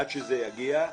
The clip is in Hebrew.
עד שזה יגיע,